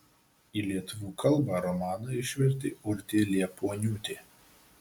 į lietuvių kalbą romaną išvertė urtė liepuoniūtė